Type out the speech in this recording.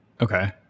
Okay